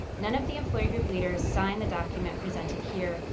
none of the employee group leaders signed the document presented here,